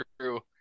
True